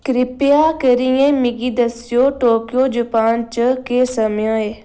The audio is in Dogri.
करिपा करियै मिगी दस्सेओ टोक्यो जापान च केह् समेआ ऐ